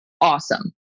awesome